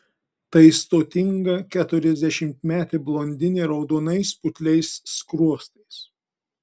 tai stotinga keturiasdešimtmetė blondinė raudonais putliais skruostais